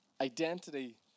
Identity